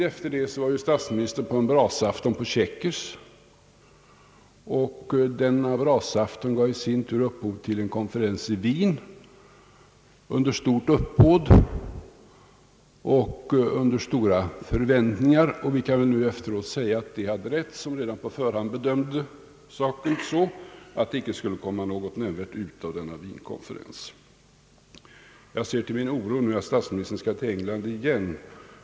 En tid därefter var ju statsministern med vid en brasafton på Chequers, som i sin tur gav upphov till en konferens i Wien under stort uppbåd och stora förväntningar. Vi kan väl nu efteråt säga att de hade rätt som redan på förhand bedömde saken så, att det icke skulle komma något nämnvärt ut av denna Wienkonferens. Jag ser till min oro att statsministern skall till England igen.